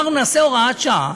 אמרנו: נעשה הוראת שעה,